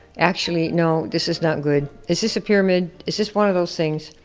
actually, no, this is not good. is this a pyramid, is this one of those things?